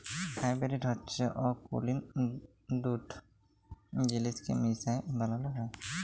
hybrid হছে অকুলীল দুট জিলিসকে মিশায় বালাল হ্যয়